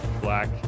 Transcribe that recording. Black